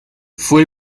fue